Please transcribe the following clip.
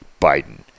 Biden